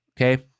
Okay